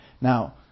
Now